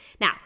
Now